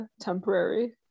temporary